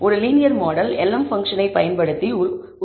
ஒரு linear model lm பங்க்ஷனை பயன்படுத்தி உருவாக்கப்படுகிறது